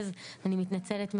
אז אני מתנצלת מראש.